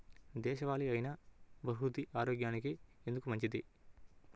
దేశవాలి అయినా బహ్రూతి ఆరోగ్యానికి ఎందుకు మంచిది?